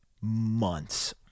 months